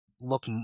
look